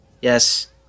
Yes